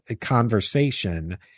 conversation